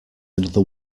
another